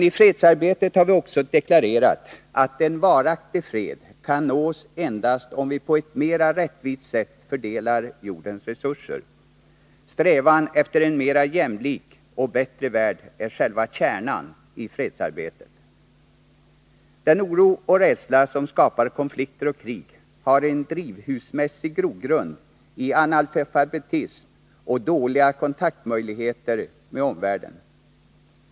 I fredsarbetet har vi emellertid också deklarerat att en varaktig fred kan nås endast om vi på ett mera rättvist sätt fördelar jordens resurser. Strävan efter en mera jämlik och bättre värld är själva kärnan i fredsarbetet. Den oro och rädsla som skapar konflikter och krig har en drivhusmässig grogrund i analfabetism och dåliga kontaktmöjligheter i förhållande till omvärlden.